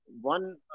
One